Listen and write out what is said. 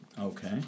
Okay